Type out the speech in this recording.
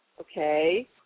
Okay